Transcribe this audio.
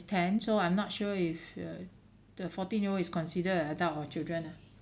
ten so I'm not sure if you uh the fourteen year old is considered a adults or children ah